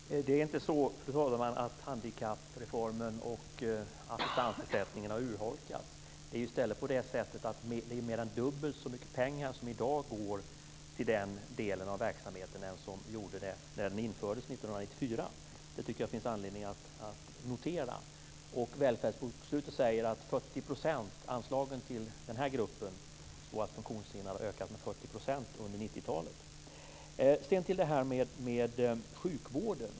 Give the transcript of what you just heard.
Fru talman! Det är inte så att handikappreformen och assistansersättningen har urholkats. I stället är det så att mer än dubbelt så mycket pengar i dag går till den delen av verksamheten än som var fallet vid införandet 1994. Det tycker jag att det finns anledning att notera. Välfärdsbokslutet säger att anslagen till gruppen svårast funktionshindrade har ökat med 40 % under Sedan vill jag kommentera sjukvården.